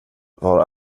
var